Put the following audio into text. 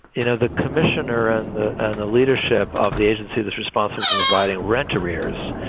you know, the commissioner and the and the leadership of the agency that's responsible for providing rent arrears.